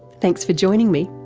thanks for joining me.